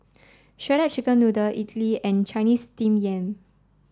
Shredded Chicken Noodles Idly and Chinese Steamed Yam